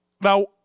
Now